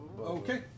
Okay